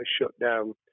shutdown